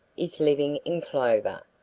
is living in clover.